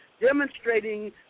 demonstrating